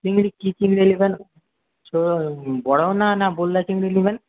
আপনি কী কী নেবেন ছো বড় না না গলদা চিংড়ি নেবেন